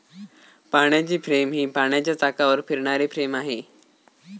पाण्याची फ्रेम ही पाण्याच्या चाकावर फिरणारी फ्रेम आहे